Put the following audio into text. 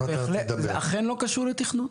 זה אכן לא קשור לתכנון.